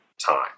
time